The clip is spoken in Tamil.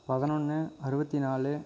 பதினொன்று அறுபத்தி நாலு